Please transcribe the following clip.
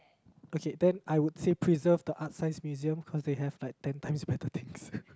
okay then I would say preserve the Art-Science-Museum cause they have like ten times better things